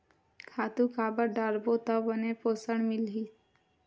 खातु काबर डारबो त बने पोषण मिलही?